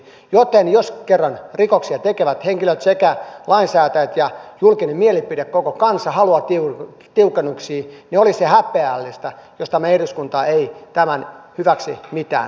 joten jos kerran rikoksia tekevät henkilöt sekä lainsäätäjät ja julkinen mielipide koko kansa haluaa tiukennuksia niin olisi häpeällistä jos tämä eduskunta ei tämän hyväksi mitään kykene tekemään